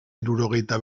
hirurogeita